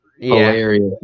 hilarious